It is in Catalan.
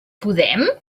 podem